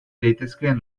daitezkeen